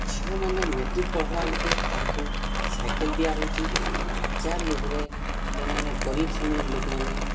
ଝିଅମାନେ ମେଟ୍ରିକ୍ ପଢ଼ିଲା ବେଲେକେ ତାହାକୁ ସାଇକେଲ ଦିଆହେଉଛି ଯାର୍ ଲୋଭରେ ଯେନ୍ମାନେ ଗରିବ୍ ଶ୍ରେଣୀର ଲୋକମାନେ